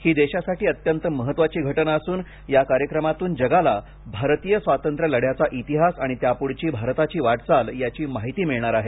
ही देशासाठी अत्यंत महत्वाची घटना असून या कार्यक्रमातून जगाला भारतीय स्वातंत्र्यलढ्याचा इतिहास आणि त्यापुढची भारताची वाटचाल याची माहिती मिळणार आहे